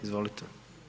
Izvolite.